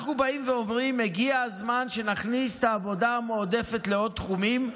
אנחנו אומרים שהגיע הזמן שנכניס את העבודה המועדפת לעוד תחומים.